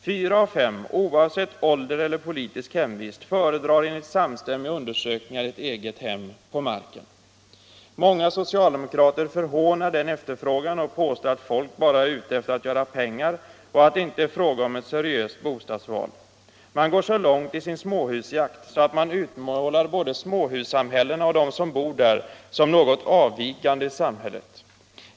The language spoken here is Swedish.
Fyra av fem oavsett ålder eller politisk hemvist, föredrar enligt samstämmiga undersökningar ett eget hem på marken. Många socialdemokrater förhånar denna efterfrågan och påstår att folk bara är ute efter att göra pengar och att det inte är fråga om ett seriöst bostadsval. Man går så långt i sin småhusjakt att man utmålar både småhussamhällena och dem som bor där som något avvikande i samhället.